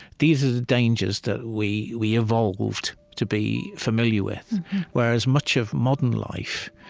these are the dangers that we we evolved to be familiar with whereas, much of modern life,